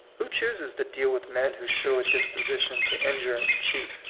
who chooses to deal with men who show a disposition to injure and cheat?